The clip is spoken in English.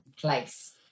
place